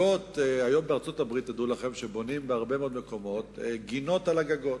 תדעו לכם שהיום בארצות-הברית בונים בהרבה מאוד מקומות גינות על הגגות.